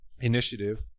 initiative